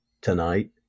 tonight